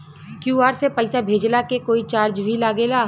QR से पैसा भेजला के कोई चार्ज भी लागेला?